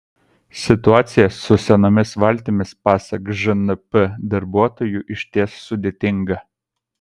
situacija su senomis valtimis pasak žnp darbuotojų išties sudėtinga